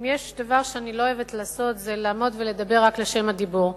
אם יש דבר שאני לא אוהבת לעשות זה לעמוד ולדבר רק לשם הדיבור,